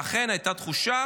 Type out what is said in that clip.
ואכן, הייתה תחושה